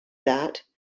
that